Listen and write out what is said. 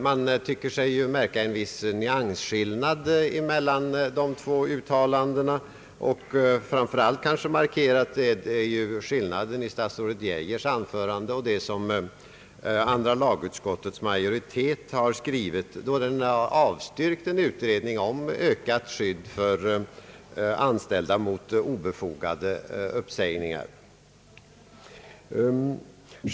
Man tycker sig märka en viss nyansskillnad mellan dem, och framför allt är väl skillnaden markerad mellan statsrådets anförande och vad andra lagutskottets majoritet har skrivit då den avstyrkt en utredning om ökat skydd för anställda mot obefogade uppsägningar.